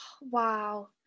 Wow